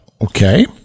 okay